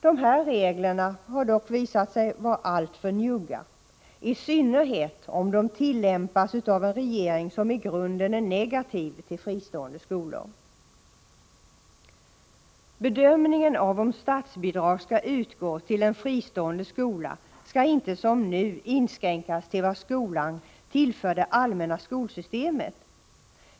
De här reglerna har dock visat sig vara alltför njugga, i synnerhet om de tillämpas av en regering som i grunden är negativ till fristående skolor. Bedömningen av om statsbidrag skall utgå till en fristående skola skall inte som nu inskränkas till vad skolan tillför det allmänna skolsystemet.